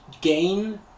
gain